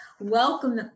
Welcome